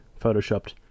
photoshopped